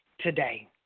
today